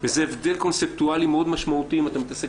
וזה הבדל קונספטואלי מאוד משמעותי אם אתה מתעסק